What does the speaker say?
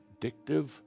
addictive